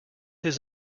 his